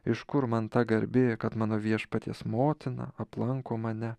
iš kur man ta garbė kad mano viešpaties motina aplanko mane